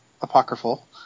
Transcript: apocryphal